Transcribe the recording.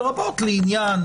לרבות לעניין